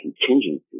contingency